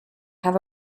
have